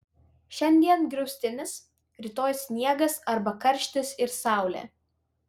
šiandien griaustinis rytoj sniegas arba karštis ir saulė